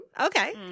Okay